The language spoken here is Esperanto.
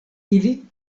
ili